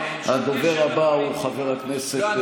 הדובר הבא הוא חבר הכנסת,